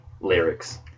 lyrics